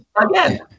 again